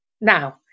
Now